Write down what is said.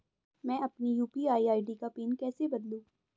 मैं अपनी UPI ID का पिन कैसे बदलूं?